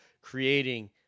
creating